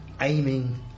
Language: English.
aiming